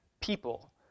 people